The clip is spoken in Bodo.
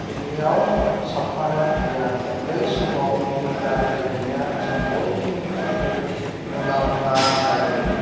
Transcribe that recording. बेनियाव साबफानो हाया उन्दै समाव यगा गेलेनाया जों बयनिबो थाखाय मुलाम्फा जायो